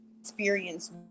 Experience